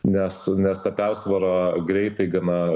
nes nes ta persvara greitai gana